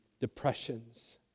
depressions